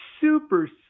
super